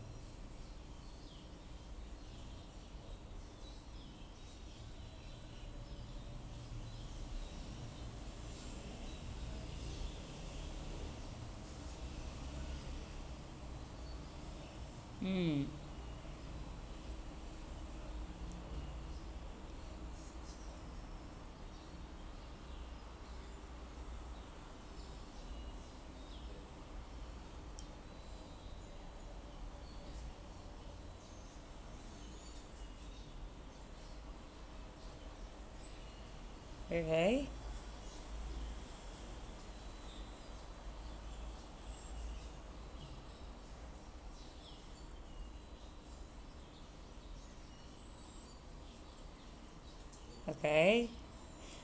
mm alright okay